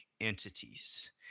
entities